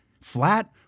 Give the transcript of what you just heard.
Flat